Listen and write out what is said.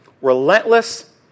relentless